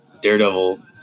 Daredevil